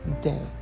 day